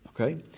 okay